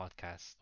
podcast